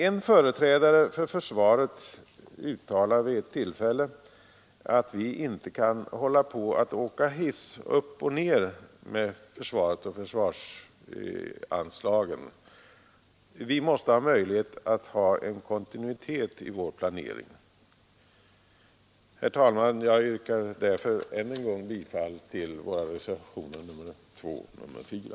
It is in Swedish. En företrädare för försvaret uttalade vid ett tillfälle att vi inte kan hålla på att åka hiss upp och ned med försvaret och försvarsanslagen. Vi måste ha möjlighet att ha en kontinuitet i vår planering. Herr talman! Jag yrkar därför ännu en gång bifall till våra reservationer 2 och 4.